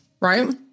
Right